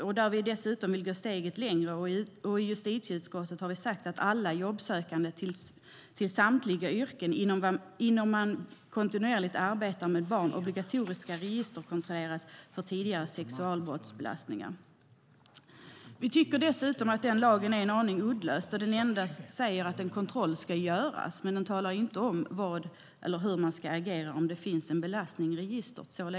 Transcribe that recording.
Vi vill dessutom gå steget längre, och i justitieutskottet har vi sagt att "alla jobbsökande till samtliga yrken inom vilka man kontinuerligt arbetar med barn obligatoriskt ska registerkontrolleras för tidigare sexualbrottsbelastningar". Vi tycker dessutom att lagen är en aning uddlös då den endast säger att en kontroll ska göras, men den talar inte om hur man ska agera om det finns en belastning i registret.